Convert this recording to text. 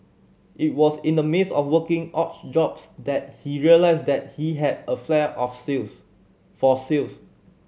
it was in the midst of working odd jobs that he realised that he had a flair of sales for sales